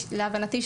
להבנתי,